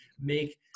make